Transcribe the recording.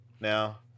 Now